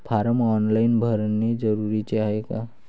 Form online भरने जरुरीचे हाय का?